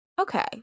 Okay